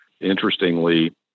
Interestingly